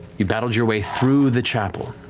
you battled your way through the chapel,